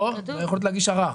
לא, זה היכולת להגיש ערר.